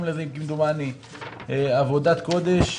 עבודת קודש.